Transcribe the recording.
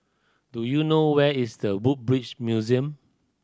do you know where is The Woodbridge Museum